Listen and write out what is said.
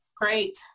Great